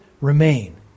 remain